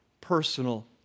personal